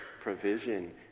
provision